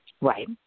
Right